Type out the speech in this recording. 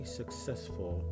successful